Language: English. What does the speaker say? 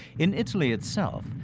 in italy itself,